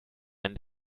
ein